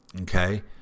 Okay